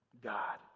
God